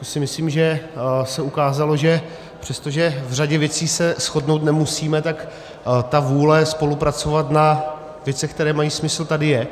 To si myslím, že se ukázalo, že přestože v řadě věcí se shodnout nemusíme, tak vůle spolupracovat na věcech, které mají smysl, tady je.